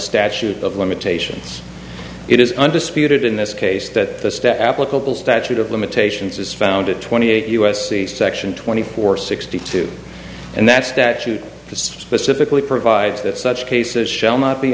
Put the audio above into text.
statute of limitations it is undisputed in this case that the stat applicable statute of limitations is found at twenty eight u s c section twenty four sixty two and that statute specifically provides that such cases shall not be